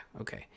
okay